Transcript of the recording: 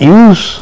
use